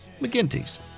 McGinty's